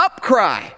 upcry